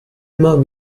immer